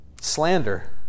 Slander